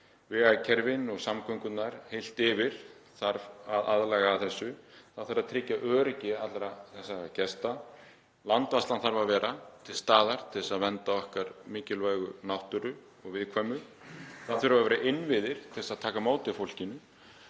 Vegakerfið og samgöngurnar heilt yfir þarf að aðlaga að þessu. Það þarf að tryggja öryggi allra þessara gesta. Landvarslan þarf að vera til staðar til að vernda okkar mikilvægu náttúru og viðkvæmu. Það þurfa að vera innviðir til að taka á móti fólkinu,